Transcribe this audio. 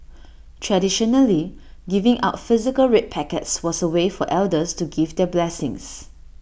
traditionally giving out physical red packets was A way for elders to give their blessings